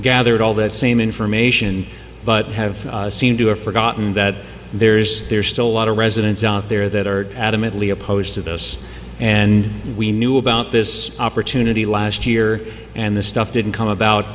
gathered all that same information but have seemed to have forgotten that there's there's still a lot of residents out there that are adamantly opposed to this and we knew about this opportunity last year and this stuff didn't come about